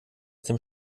dem